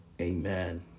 Amen